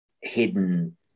hidden